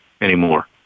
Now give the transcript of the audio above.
anymore